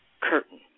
curtain